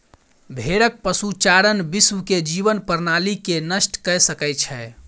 भेड़क पशुचारण विश्व के जीवन प्रणाली के नष्ट कय सकै छै